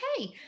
Okay